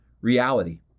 reality